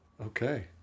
Okay